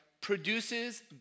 produces